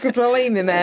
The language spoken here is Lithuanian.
kai pralaimime